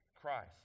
christ